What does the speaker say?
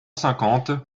cinquante